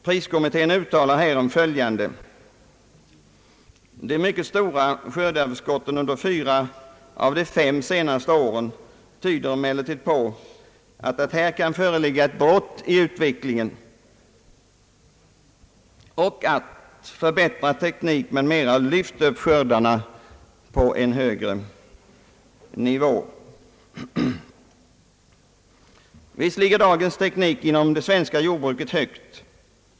Priskommittén uttalar härom följande: »De mycket stora skördeöverskotten under fyra av de fem senaste åren tyder emellertid på, att det här kan föreligga ett brott i utvecklingen och att förbättrad teknik m. m, lyft upp skördarna på en högre nivå.» Visst ligger dagens teknik inom det svenska jordbruket högt.